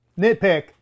nitpick